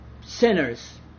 sinners